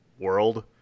world